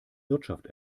wirtschaft